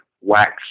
wax